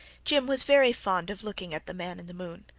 jim was very fond of looking at the man in the moon.